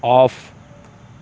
off